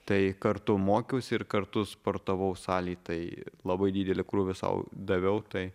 tai kartu mokiausi ir kartu sportavau salėj tai labai didelį krūvį sau daviau tai